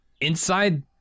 inside